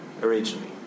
originally